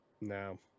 No